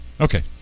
Okay